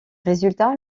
résultats